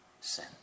sin